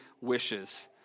wishes